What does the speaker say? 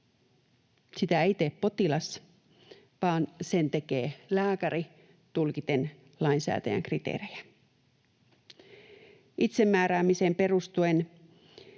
Sitä ei tee potilas, vaan sen tekee lääkäri tulkiten lainsäätäjän kriteerejä. Itsemääräämiseen perustuen,